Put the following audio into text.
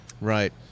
Right